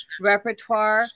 repertoire